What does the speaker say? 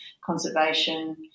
conservation